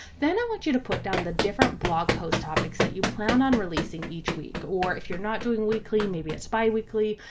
then i want you to put down the different blog post topics that you plan on releasing each week. or if you're not doing weekly, maybe a bi-weekly.